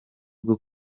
bwo